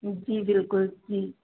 जी बिल्कुल जी